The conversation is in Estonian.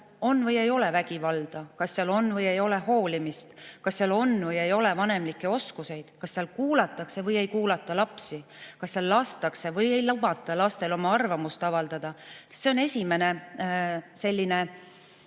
on või ei ole vägivalda, kas seal on või ei ole hoolimist, kas seal on või ei ole vanemlikke oskusi, kas seal kuulatakse või ei kuulata lapsi, kas seal lastakse või ei lubata lastel oma arvamust avaldada, on esimene aste,